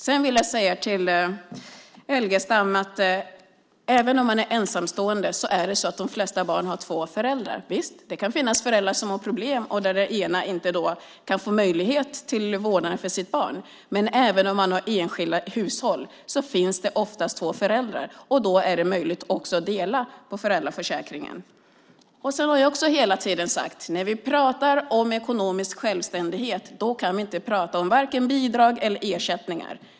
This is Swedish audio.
Jag vill säga till Elgestam att även om man är ensamstående så har de flesta barn två föräldrar. Visst kan det finnas föräldrar som har problem och där den ena inte kan få möjlighet till vårdnad av sitt barn. Men även om man har enskilda hushåll finns det oftast två föräldrar. Då är det möjligt att dela på föräldraförsäkringen. Jag har också hela tiden sagt att när vi pratar om ekonomisk självständighet kan vi inte prata om vare sig bidrag eller ersättningar.